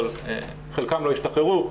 אבל חלקם לא השתחררו,